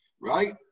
Right